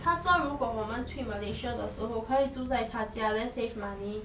她说如果我们去 malaysia 的时候可以住在她家 then save money